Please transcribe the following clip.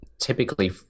Typically